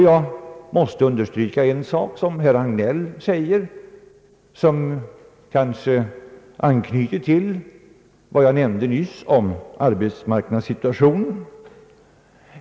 Jag måste understryka en sak som herr Hagnell säger och som anknyter till vad jag nyss nämnde om arbetsmarknadssituationen.